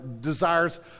desires